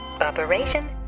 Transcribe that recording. Operation